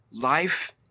Life